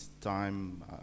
time